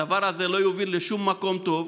הדבר הזה לא יוביל לשום מקום טוב.